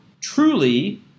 truly